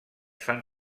fan